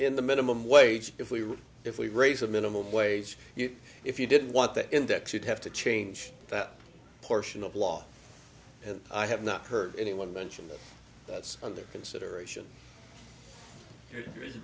in the minimum wage if we if we raise the minimum wage if you didn't want that index you'd have to change that portion of law and i have not heard anyone mention that that's under consideration he